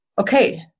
okay